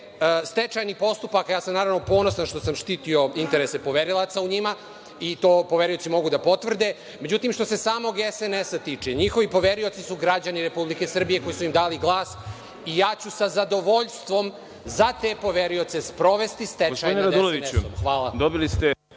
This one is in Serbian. stečajnih postupaka, ja sam naravno ponosan što sam štitio interese poverilaca u njima, i to poverioci mogu da potvrde.Međutim, što se samog SNS tiče, njihovi poverioci su građani Srbije koji su im dali glas, i ja ću sa zadovoljstvom za te poverioce sprovesti stečaj SNS.